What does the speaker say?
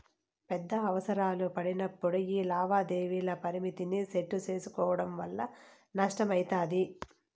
పెద్ద అవసరాలు పడినప్పుడు యీ లావాదేవీల పరిమితిని సెట్టు సేసుకోవడం వల్ల నష్టమయితది